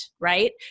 right